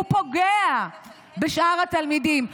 הוא פוגע בשאר התלמידים.